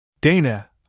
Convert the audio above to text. Dana